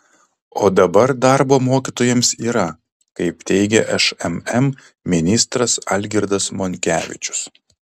o dabar darbo mokytojams yra kaip teigia šmm ministras algirdas monkevičius